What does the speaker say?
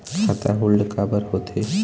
खाता होल्ड काबर होथे?